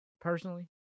personally